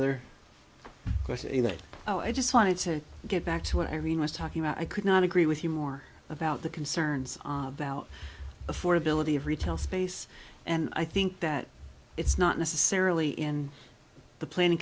other question that i just wanted to get back to what irene was talking about i could not agree with you more about the concerns about affordability of retail space and i think that it's not necessarily in the planning